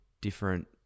different